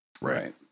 Right